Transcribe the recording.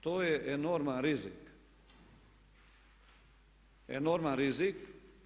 To je enorman rizik, enorman rizik.